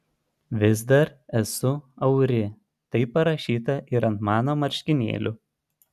vis dar esu auri taip parašyta ir ant mano marškinėlių